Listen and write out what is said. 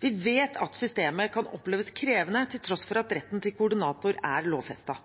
Vi vet at systemet kan oppleves krevende, til tross for at retten til koordinator er lovfestet.